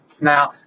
Now